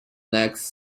next